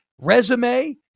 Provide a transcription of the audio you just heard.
resume